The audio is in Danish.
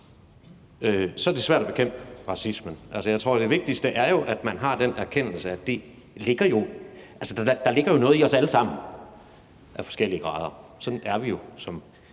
er det svært at bekæmpe racismen. Altså, jeg tror, at det vigtigste er, at man har den erkendelse, at der jo ligger noget i os alle sammen af forskellige grader. Sådan er vi jo